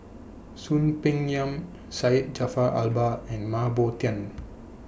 Soon Peng Yam Syed Jaafar Albar and Mah Bow Tan